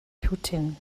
putin